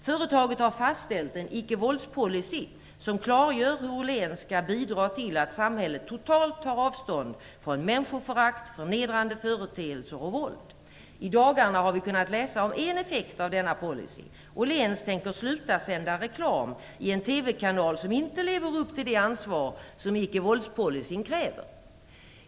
Företaget har fastställt en ickevålds-policy som klargör hur Åhléns skall bidra till att samhället totalt tar avstånd från människoförakt, förnedrande företeelser och våld. I dagarna har vi kunnat läsa om en effekt av denna policy. Åhléns tänker sluta sända reklam i en TV-kanal som inte lever upp till det ansvar som icke-vålds-policyn kräver.